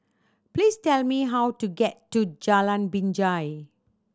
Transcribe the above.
please tell me how to get to Jalan Binjai